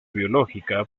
biológica